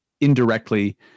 indirectly